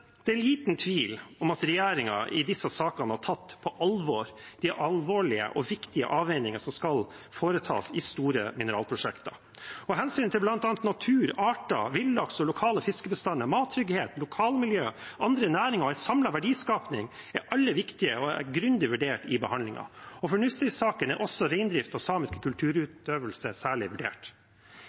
Det er liten tvil om at regjeringen i disse sakene har tatt på alvor de alvorlige og viktige avveiningene som skal foretas i store mineralprosjekter. Hensynet til bl.a. natur, arter, villaks, lokale fiskebestander, mattrygghet, lokalmiljø, andre næringer og en samlet verdiskaping er alle viktige og er grundig vurdert i behandlingen. Og for Nussir-saken er også reindrift og samisk kulturutøvelse særlig vurdert.